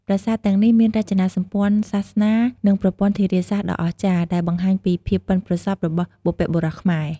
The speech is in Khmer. ប្រាសាទទាំងនេះមានរចនាសម្ព័ន្ធសាសនា និងប្រព័ន្ធធារាសាស្ត្រដ៏អស្ចារ្យ ដែលបង្ហាញពីភាពប៉ិនប្រសប់របស់បុព្វបុរសខ្មែរ។